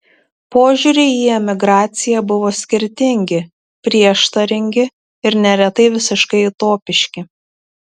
požiūriai į emigraciją buvo skirtingi prieštaringi ir neretai visiškai utopiški